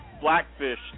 Blackfish